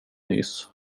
nyss